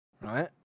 right